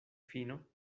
fino